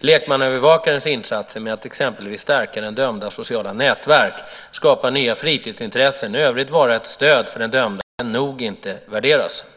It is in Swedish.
Lekmannaövervakarnas insatser med att exempelvis stärka den dömdes sociala nätverk, skapa nya fritidsintressen och i övrigt vara ett stöd för den dömde kan inte värderas högt nog.